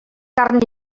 carn